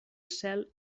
cel